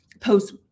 post